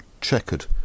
checkered